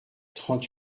trente